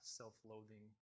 self-loathing